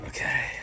Okay